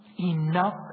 enough